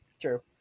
true